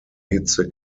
hitze